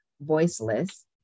voiceless